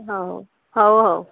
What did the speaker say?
ହଉ ହଉ ହଉ